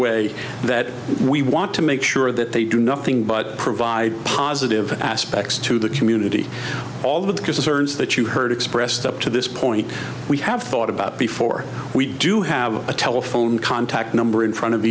way that we want to make sure that they do nothing but provide positive aspects to the community all the concerns that you heard expressed up to this point we have thought about before we do have a telephone contact number in front of